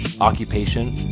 occupation